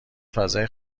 فضای